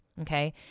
Okay